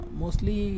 mostly